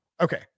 okay